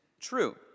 true